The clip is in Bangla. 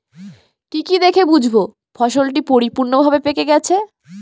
কি কি দেখে বুঝব ফসলটি পরিপূর্ণভাবে পেকে গেছে?